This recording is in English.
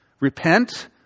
Repent